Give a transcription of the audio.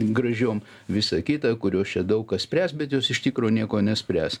gražiom visa kita kurios čia daug ką spręs bet jos iš tikro nieko nespręs